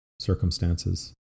circumstances